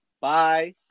Bye